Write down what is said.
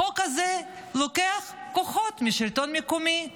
החוק הזה לוקח כוחות מהשלטון המקומי.